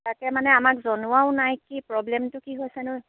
তাকে মানে আমাক জনোৱাও নাই কি প্ৰব্লেমটো কি হৈছে নো